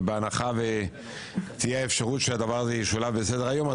בהנחה ותהיה אפשרות שהדבר הזה ישולב בסדר-היום,